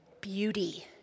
Beauty